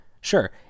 Sure